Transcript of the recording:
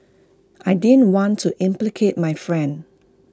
I didn't want to implicate my friend